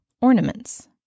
Ornaments